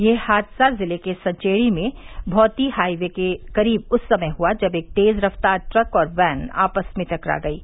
यह हादसा जिले के सचेंडी में भौती हाई वे के क्रीब उस समय हुआ जब एक तेज़ रफ़्तार ट्रक और बैन आपस में टकरा गयी